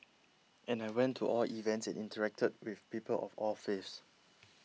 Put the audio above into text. and I went to all events and interacted with people of all faiths